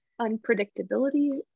unpredictability